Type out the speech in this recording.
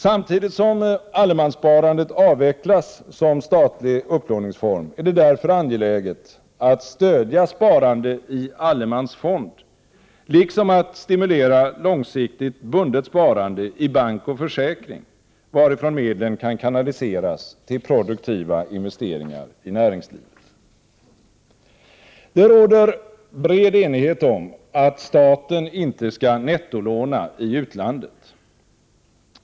Samtidigt som allemanssparandet avvecklas som statlig upplåningsform är det därför angeläget att stödja sparande i allemansfond liksom att stimulera långsiktigt bundet sparande i bank och försäkring, varifrån medlen kan kanaliseras till produktiva investeringar i näringslivet. Det råder bred enighet om att staten inte skall nettolåna i utlandet.